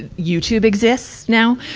youtube exists now?